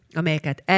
amelyeket